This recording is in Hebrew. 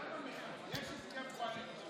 יש הסכם קואליציוני, צריך לכבד אותו.